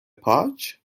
pouch